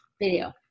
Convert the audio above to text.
video